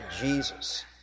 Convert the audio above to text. Jesus